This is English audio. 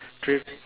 three